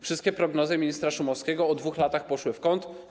Wszystkie prognozy ministra Szumowskiego o 2 latach poszły w kąt.